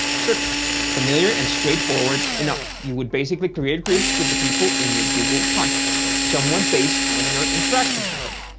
circles. familiar and straightforward enough, you would basically create groups with the people in your google contacts, somewhat based on your interactions with them.